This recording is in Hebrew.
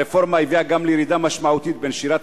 הרפורמה הביאה גם לירידה משמעותית בנשירת